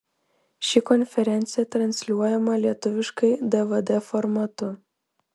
ši konferencija transliuojama lietuviškai dvd formatu